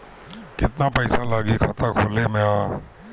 केतना पइसा लागी खाता खोले में?